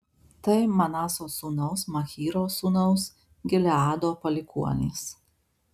tai manaso sūnaus machyro sūnaus gileado palikuonys